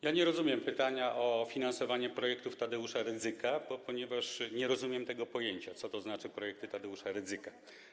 Ja nie rozumiem pytania o finansowanie projektów Tadeusza Rydzyka, ponieważ nie rozumiem tego pojęcia, co znaczy „projekty Tadeusza Rydzyka”